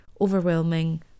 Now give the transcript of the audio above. overwhelming